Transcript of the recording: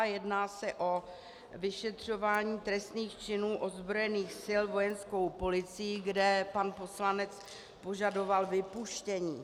Jedná se o vyšetřování trestných činů ozbrojených sil vojenskou policií, kde pan poslanec požadoval vypuštění.